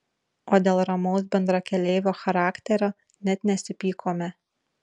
o dėl ramaus bendrakeleivio charakterio net nesipykome